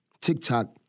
TikTok